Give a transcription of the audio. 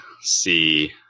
see